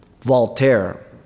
Voltaire